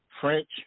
French